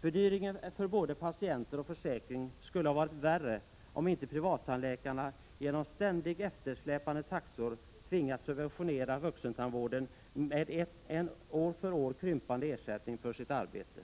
Fördyringen för både patienter och försäkring skulle ha varit värre, om inte privattandläkarna genom ständigt eftersläpande taxor tvingats subventionera vuxentandvården med en år för år krympande ersättning för sitt arbete.